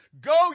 go